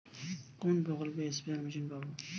কোন প্রকল্পে spare machine পাব?